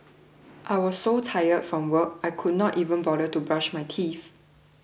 I was so tired from work I could not even bother to brush my teeth